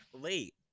late